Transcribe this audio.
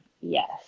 yes